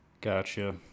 Gotcha